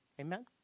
Amen